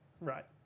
Right